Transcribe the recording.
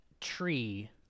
tree